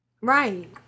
Right